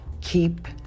Keep